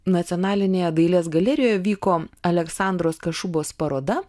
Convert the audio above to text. nacionalinėje dailės galerijoje vyko aleksandros kašubos paroda